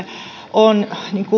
on